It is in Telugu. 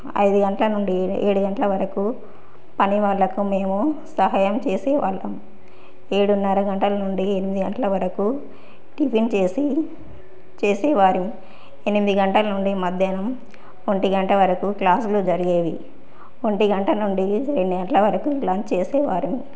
ఐదు గంటల నుండి ఏడు గంటల వరకు పని వాళ్ళకు మేము సహాయం చేసేవాళ్ళం ఏడున్నర గంటల నుండి ఎనిమిది గంటల వరకు టిఫిన్ చేసి చేసేవాళ్ళం ఎనిమిది గంటల నుండి మధ్యాహ్నం ఒంటి గంట వరకు క్లాసులు జరిగేవి ఒంటి గంట నుండి రెండు గంటల వరకు లంచ్ చేసేవాళ్ళం